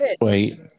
Wait